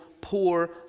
poor